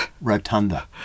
Rotunda